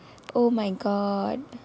oh my god